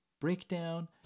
breakdown